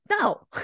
no